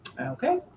Okay